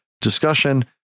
discussion